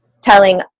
telling